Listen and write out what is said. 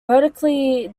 vertically